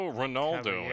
ronaldo